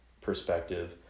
perspective